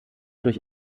durch